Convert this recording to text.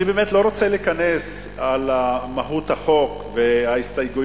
אני לא רוצה להיכנס למהות החוק וההסתייגויות,